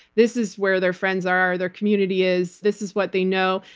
this is where their friends are, their community is. this is what they know.